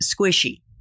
squishy